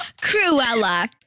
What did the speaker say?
Cruella